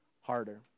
harder